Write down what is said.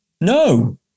No